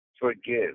forgive